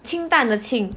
清淡的清